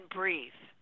breathe